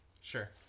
Sure